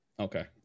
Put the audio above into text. Okay